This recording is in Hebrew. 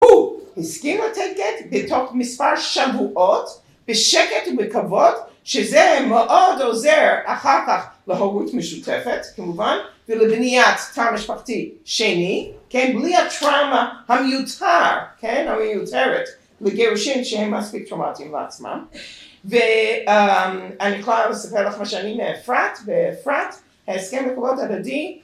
הוא הסכים לתת גט בתוך מספר שבועות בשקט ובכבוד, שזה מאוד עוזר אחר כך להורות משותפת כמובן, ולבניית תא משפחתי שני, כן, בלי הטראומה המיותר, כן, המיותרת לגירושים שהם מספיק טראומטיים לעצמם, ואני יכולה לספר לך משהו שאני מאפרת, באפרת ההסכם לכבוד הילדים